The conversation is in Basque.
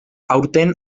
aurten